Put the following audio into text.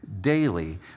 daily